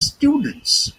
students